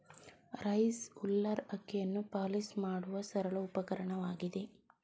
rice huller ಅಕ್ಕಿಯನ್ನು polish ಮಾಡುವ ಸರಳ ಉಪಕರಣವಾಗಿದೆ